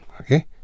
okay